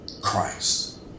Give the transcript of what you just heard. Christ